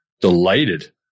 Delighted